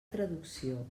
traducció